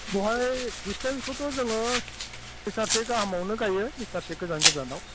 बहाय दिसथेन्टखौथ' जोङो मिटारसे गाहामआवनो गायो मिटारसे गोजान गोजानआव